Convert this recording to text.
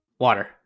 Water